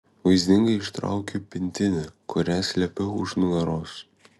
vaizdingai ištraukiu pintinę kurią slėpiau už nugaros